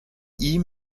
ihm